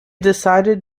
decided